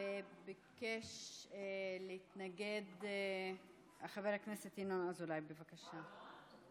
ביקש להתנגד חבר הכנסת ינון אזולאי, בבקשה.